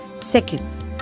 Second